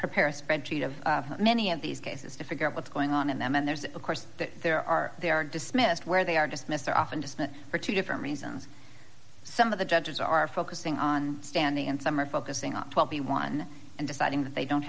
prepare a spreadsheet of many of these cases to figure out what's going on in them and there's a course that there are dismissed where they are dismissed or often dismissed for two different reasons some of the judges are focusing on standing and some are focusing on twenty one and deciding that they don't